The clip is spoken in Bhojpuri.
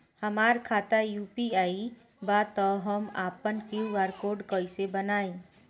हमार खाता यू.पी.आई बा त हम आपन क्यू.आर कोड कैसे बनाई?